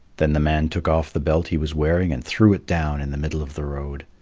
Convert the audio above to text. then the man took off the belt he was wearing and threw it down in the middle of the road.